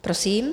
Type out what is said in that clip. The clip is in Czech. Prosím.